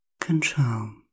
control